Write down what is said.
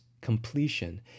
completion